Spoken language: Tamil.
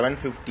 25750 312